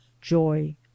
joy